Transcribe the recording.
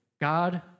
God